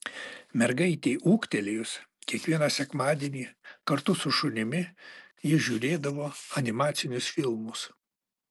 mergaitei ūgtelėjus kiekvieną sekmadienį kartu su šunimi ji žiūrėdavo animacinius filmus